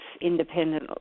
independent